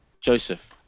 Joseph